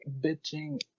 bitching